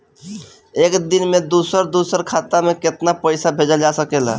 एक दिन में दूसर दूसर खाता में केतना पईसा भेजल जा सेकला?